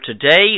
today